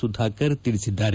ಸುಧಾಕರ್ ಹೇಳಿದ್ದಾರೆ